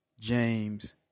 James